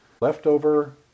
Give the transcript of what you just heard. Leftover